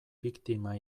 biktima